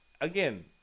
Again